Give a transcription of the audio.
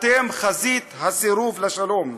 אתם חזית הסירוב לשלום.